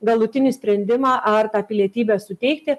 galutinį sprendimą ar tą pilietybę suteikti